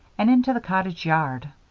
and into the cottage yard.